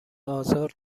آزار